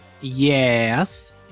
Yes